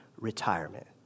retirement